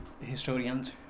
historian's